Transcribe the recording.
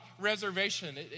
reservation